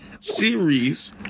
series